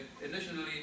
initially